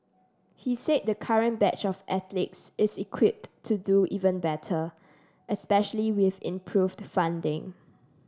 he said the current batch of athletes is equipped to do even better especially with improved funding